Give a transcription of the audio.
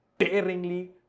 Daringly